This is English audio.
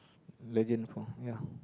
legend from ya